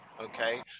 Okay